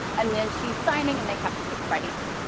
and then she's signing and they have to pick the right answer.